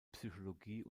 psychologie